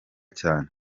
cyane